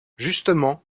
justement